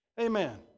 Amen